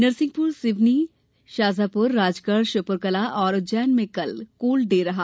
नरसिंहपुर सिवनी शाजापुर राजगढ़ श्योप्रकलां और उज्जैन में कल कोल्ड डे रहा